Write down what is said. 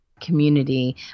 community